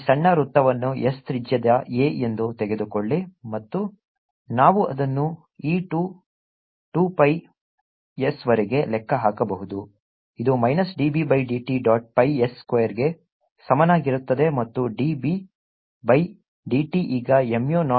ಈ ಸಣ್ಣ ವೃತ್ತವನ್ನು S ತ್ರಿಜ್ಯದ a ಎಂದು ತೆಗೆದುಕೊಳ್ಳಿ ಮತ್ತು ನಾವು ಅದನ್ನು E ಟು 2 pi s ವರೆಗೆ ಲೆಕ್ಕ ಹಾಕಬಹುದು ಇದು minus dB by dt dot pi s ಸ್ಕ್ವೇರ್ಗೆ ಸಮನಾಗಿರುತ್ತದೆ ಮತ್ತು dB ಬೈ dt ಈಗ mu not n dI by dt ಆಗಿರುತ್ತದೆ E